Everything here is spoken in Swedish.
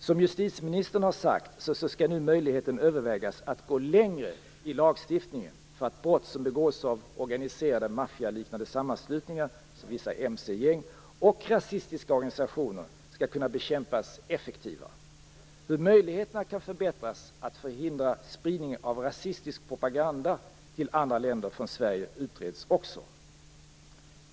Som justitieministern har sagt, skall nu möjligheten övervägas att gå längre i lagstiftningen för att brott som begås av organiserade, maffialiknande, sammanslutningar, som vissa mcgäng och rasistiska organisationer, skall kunna bekämpas effektivare. Hur möjligheterna att förhindra spridning av rasistisk propaganda från Sverige till andra länder kan förbättras utreds också.